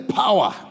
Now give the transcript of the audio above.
power